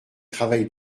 travail